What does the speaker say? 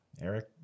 Eric